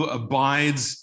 abides